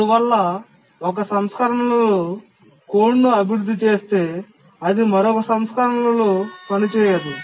అందువల్ల ఒక సంస్కరణలో కోడ్ను అభివృద్ధి చేస్తే అది మరొక సంస్కరణలో పనిచేయదు